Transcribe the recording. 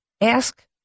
ask